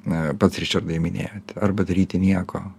na pats ričardai minėjot arba daryti nieko